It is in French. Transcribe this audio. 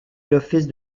l’office